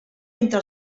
entre